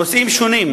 הנושאים שונים.